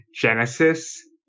Genesis